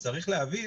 צריך להבין